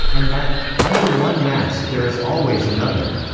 and that under one mask there is always another.